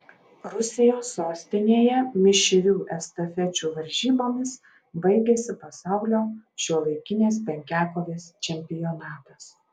rusijos sostinėje mišrių estafečių varžybomis baigėsi pasaulio šiuolaikinės penkiakovės čempionatas